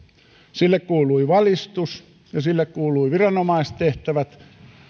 sille kuului valistus ja sille kuului viranomaistehtävät